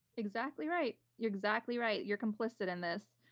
exactly right. you're exactly right. you're complicit in this.